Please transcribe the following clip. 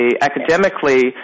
academically